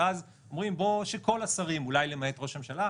ואז אומרים שכל השרים אולי למעט ראש הממשלה,